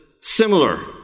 similar